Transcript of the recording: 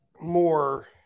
More